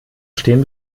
stehen